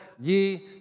ye